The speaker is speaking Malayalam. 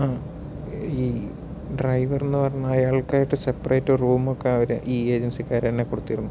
ആ ഈ ഡ്രൈവർ എന്ന് പറഞ്ഞ അയാൾക്ക് ആയിട്ട് ഒരു സെപ്പറേറ്റ് ഒരു റൂം ഒക്കെ അവര് ഈ ഏജൻസിക്കാർ തന്നെ കൊടുത്തിരുന്നു